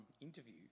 interview